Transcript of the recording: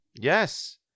yes